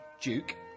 Duke